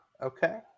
Okay